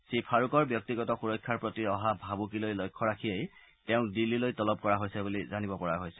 শ্ৰীফাৰুকৰ ব্যক্তিগত সুৰক্ষাৰ প্ৰতি অহা ভাবুকিলৈ লক্ষ্য ৰাখিয়েই তেওঁক দিল্লীলৈ তলব কৰা হৈছে বুলি জানিব পৰা হৈছে